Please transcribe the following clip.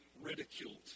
ridiculed